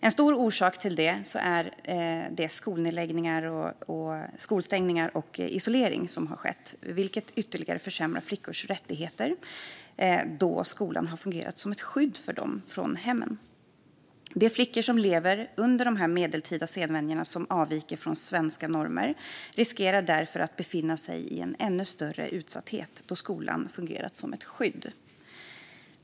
En stor orsak till det är de skolstängningar och den isolering som skett. Detta försämrar flickors rättigheter ytterligare då skolan för dem har fungerat som ett skydd från hemmet. De flickor som lever under dessa medeltida sedvänjor, som avviker från svenska normer, riskerar därför att befinna sig i en ännu större utsatthet då skolan fungerat som ett skydd.